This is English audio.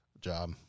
job